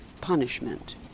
punishment